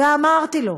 ואמרתי לו: